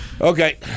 Okay